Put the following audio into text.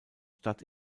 stadt